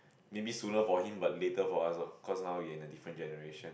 maybe sooner for him but later for us lor cause now we are in the different generation